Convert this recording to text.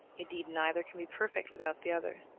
indeed, neither can be perfect without the other.